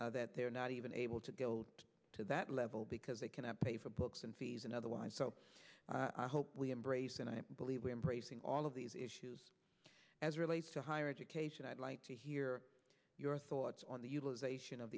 that they are not even able to go to that level because they cannot pay for books and fees and otherwise so i hope we embrace and i believe we are bracing all of these issues as relates to higher education i'd like to hear your thoughts on the utilization of